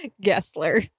Gessler